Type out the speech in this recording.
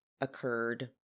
occurred